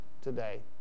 today